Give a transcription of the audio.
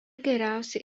geriausiai